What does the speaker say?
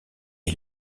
est